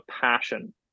passion